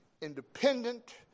independent